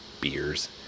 beers